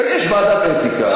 תגיש לוועדת האתיקה.